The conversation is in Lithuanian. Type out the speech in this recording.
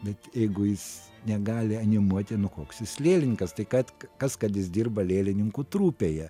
bet jeigu jis negali animuoti koks jis lėlininkas tai kad kas kad jis dirba lėlininkų trupėje